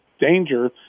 danger